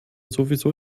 sowieso